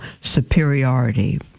superiority